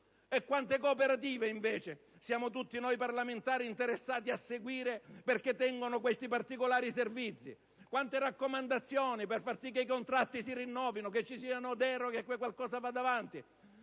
quante cooperative siamo tutti noi parlamentari interessati a seguire perché si dedichino a questi particolari servizi? Quante raccomandazioni per far sì che i contratti si rinnovino, che ci siano delle deroghe e che qualcosa vada avanti?